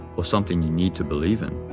or something you need to believe in.